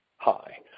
Hi